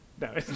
No